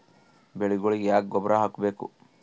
ಬೆಳಿಗೊಳಿಗಿ ಯಾಕ ಗೊಬ್ಬರ ಹಾಕಬೇಕು?